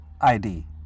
ID